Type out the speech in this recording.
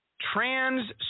trans